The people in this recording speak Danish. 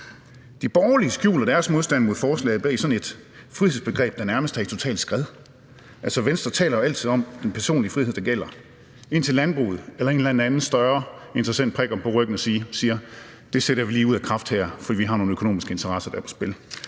De borgerlige skjuler deres modstand mod forslaget bag sådan et frihedsbegreb, der nærmest er i totalt skred. Altså, Venstre taler jo altid om, at det er den personlige frihed, der gælder, indtil landbruget eller en anden større interessent prikker dem på ryggen og siger: Det sætter vi lige ud af kraft her, for vi har nogle økonomiske interesser på spil.